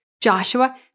Joshua